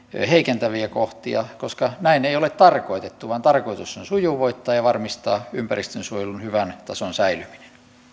heikentäviä kohtia koska näin ei ole tarkoitettu vaan tarkoitus on sujuvoittaa ja varmistaa ympäristönsuojelun hyvän tason säilyminen